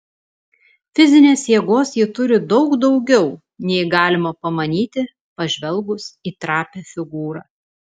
fizinės jėgos ji turi daug daugiau nei galima pamanyti pažvelgus į trapią figūrą